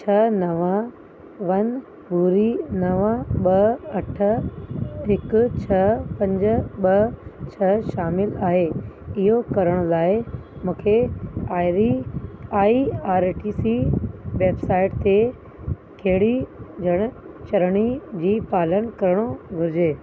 छह नव वन ॿुड़ी नव ॿ अठ हिकु छह पंज ॿ छह शामिल आहे इहो करण लाइ मूंखे आयरी I R A T C website ते कहिड़ी जड़ चरणी जी पालन करणो घुरिजे